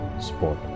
sport